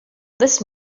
this